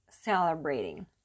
celebrating